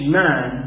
man